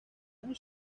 año